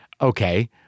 Okay